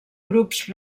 grups